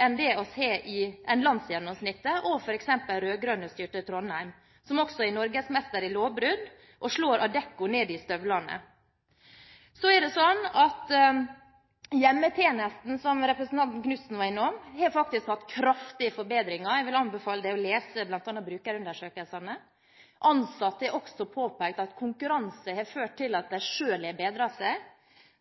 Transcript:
enn det som er landsgjennomsnittet, og f.eks. i rød-grønt-styrte Trondheim, som også er norgesmester i lovbrudd og slår Adecco ned i støvlene. Så er det sånn at hjemmetjenesten, som representanten Tove Karoline Knutsen var innom, faktisk har hatt kraftige forbedringer. Jeg vil anbefale henne å lese bl.a. brukerundersøkelsen. Ansatte har også påpekt at konkurranse har ført til at de selv har bedret seg,